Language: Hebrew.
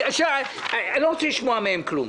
אני לא רוצה לשמוע מהם כלום.